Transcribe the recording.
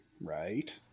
Right